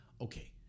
Okay